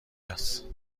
است